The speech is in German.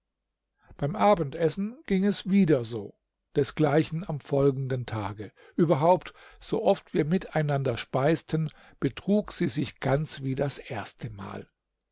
beim abendessen ging es wieder so desgleichen am folgenden tage überhaupt so oft wir miteinander speisten betrug sie sich ganz wie das erste mal